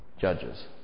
judges